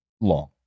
long